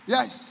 Yes